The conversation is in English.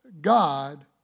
God